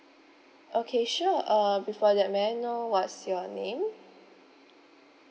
okay sure uh before that may I know what's your name